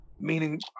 meaning